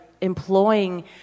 employing